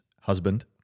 husband